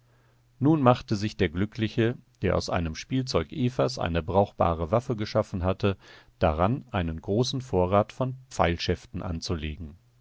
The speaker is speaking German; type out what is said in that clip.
nun machte sich der glückliche der aus einem spielzeug evas eine brauchbare waffe geschaffen hatte daran einen großen vorrat von pfeilschäften anzulegen